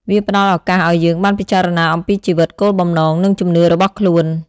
វាផ្តល់ឱកាសឲ្យយើងបានពិចារណាអំពីជីវិត គោលបំណង និងជំនឿរបស់ខ្លួន។